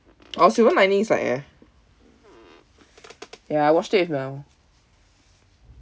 orh silver lining is like eh ya I watched it just now